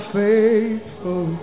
faithful